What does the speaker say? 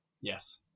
Yes